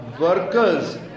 workers